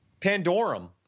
Pandorum